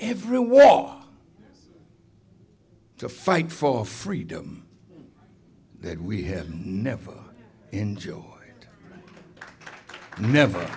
every war to fight for freedom that we have never enjoyed never